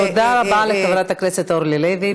תודה רבה לחברת הכנסת אורלי לוי.